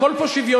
הכול פה שוויוני.